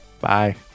Bye